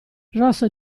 rosso